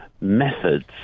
methods